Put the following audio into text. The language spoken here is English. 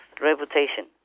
reputation